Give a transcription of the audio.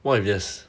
!wah! you just